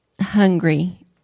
hungry